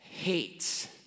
hates